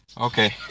okay